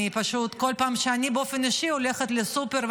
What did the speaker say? כל פעם שאני באופן אישי הולכת לסופר,